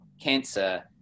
cancer